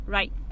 Right